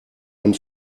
einen